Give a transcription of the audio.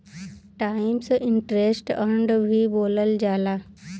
times interest earned भी बोलल जाला